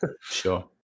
sure